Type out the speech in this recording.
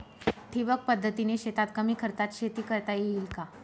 ठिबक पद्धतीने शेतात कमी खर्चात शेती करता येईल का?